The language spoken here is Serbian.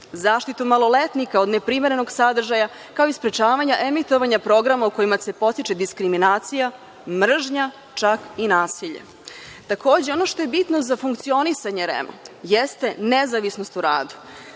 zaštitu maloletnika od neprimerenog sadržaja, kao i sprečavanja emitovanja programa u kojima se podstiče diskriminacija, mržnja, čak i nasilje. Takođe, ono što je bitno za funkcionisanje REM-a jeste nezavisnost u radu.